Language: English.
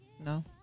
no